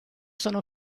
sono